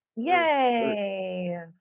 Yay